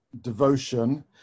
devotion